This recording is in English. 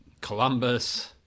Columbus